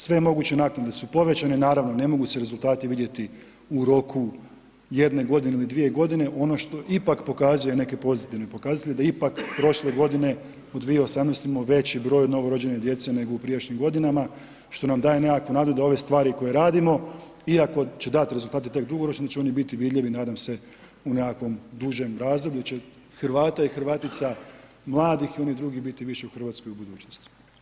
Sve moguće naknade su povećane i naravno ne mogu se rezultati vidjeti u roku jedne godine ili dvije godine, ono što ipak pokazuje neke pozitivne pokazatelje da ipak prošle godine u 2018. imamo veći broj novorođene djece nego u prijašnjim godinama što nam daje nekakvu nadu da ove stvari koje radimo, iako će dati rezultate tek dugoročno da će oni biti vidljivi nadam se u nekakvom dužem razdoblju će Hrvata i Hrvatica mladih i onih drugih biti više u Hrvatskoj u budućnosti.